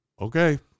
okay